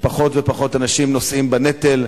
ופחות ופחות אנשים נושאים בנטל.